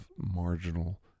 marginal